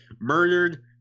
murdered